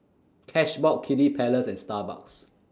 Cashbox Kiddy Palace and Starbucks